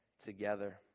together